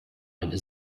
eine